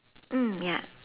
mm ya